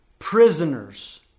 prisoners